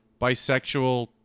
bisexual